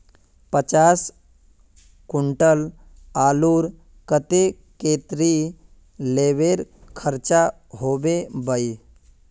पचास कुंटल आलूर केते कतेरी लेबर खर्चा होबे बई?